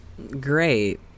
great